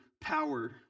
power